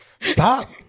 Stop